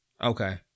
Okay